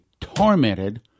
tormented